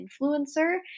influencer